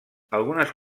algunes